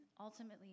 Ultimately